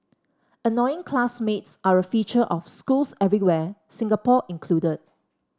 annoying classmates are a feature of schools everywhere Singapore included